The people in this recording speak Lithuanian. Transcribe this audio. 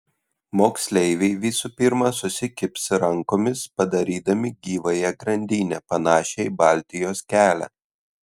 moksleiviai visų pirma susikibs rankomis padarydami gyvąją grandinę panašią į baltijos kelią